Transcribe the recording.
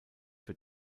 für